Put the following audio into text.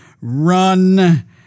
Run